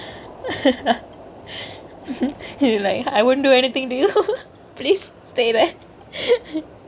you like I wouldn't do anythingk to you please stay there